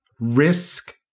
risk